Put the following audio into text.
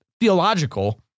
theological